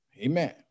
Amen